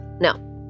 no